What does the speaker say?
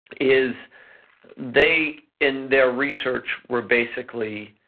is they in their research, we're basically